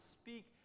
speak